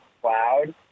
cloud